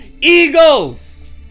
eagles